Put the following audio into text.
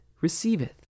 receiveth